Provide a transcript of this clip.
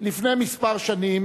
לפני שנים